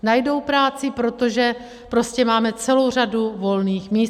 Najdou práci, protože prostě máme celou řadu volných míst.